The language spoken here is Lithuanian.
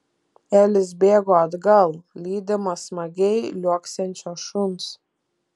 elis bėgo atgal lydimas smagiai liuoksinčio šuns